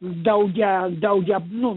daugiau daugiab nu